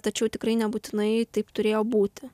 tačiau tikrai nebūtinai taip turėjo būti